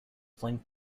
flanked